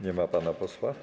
Nie ma pana posła?